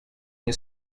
nie